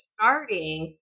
starting